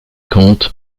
compte